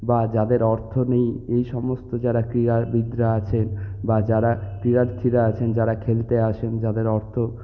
বা যাদের অর্থ নেই এই সমস্ত যারা ক্রিড়াবিদরা আছেন বা যারা ক্রীড়ার্থিরা আছেন যারা খেলতে আসেন যাদের অর্থ